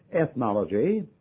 ethnology